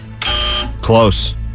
Close